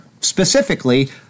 specifically